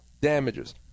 damages